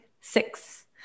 six